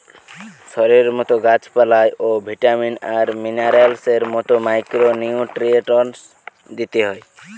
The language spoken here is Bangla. শরীরের মতো গাছ পালায় ও ভিটামিন আর মিনারেলস এর মতো মাইক্রো নিউট্রিয়েন্টস দিতে হয়